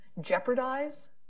jeopardize